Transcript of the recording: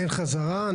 אין חזרה.